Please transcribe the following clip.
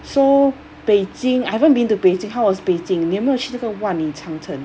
so beijing I haven't been to beijing how was beijing 你有没有去那个万里长城